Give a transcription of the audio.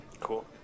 Cool